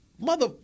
Mother